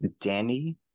Danny